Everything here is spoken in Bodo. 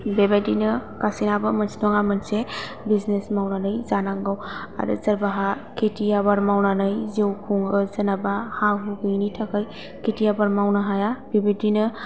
बेबायदिनो गासैनाबो मोनसे नङा मोनसे बिजनिस मावनानै जानांगौ आरो सोरबाहा खेथि आबाद मावनानै जिउ खुङो सोरनाबा हा हु गैयैनि थाखाय खेथि आबाद मावनो हाया बेबायदिनो